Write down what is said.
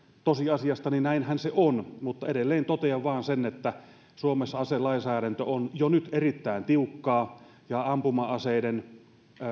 tosiasiasta niin näinhän se on mutta edelleen totean vain sen että suomessa aselainsäädäntö on jo nyt erittäin tiukkaa ja ampuma aseiden